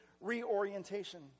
reorientation